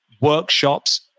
workshops